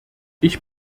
ich